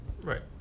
right